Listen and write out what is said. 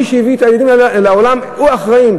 הוא אחראי.